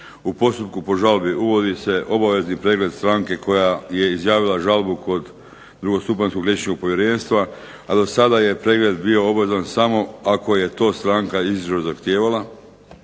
U postupku po žalbi uvodi se obavezni pregled stranke koja je izjavila žalbu kod Drugostupanjskog liječničkog povjerenstva, a dosada je pregled bio obavezan samo ako je to stranka izričito zahtijevala.